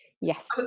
Yes